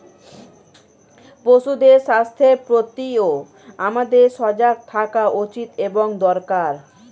পশুদের স্বাস্থ্যের প্রতিও আমাদের সজাগ থাকা উচিত এবং দরকার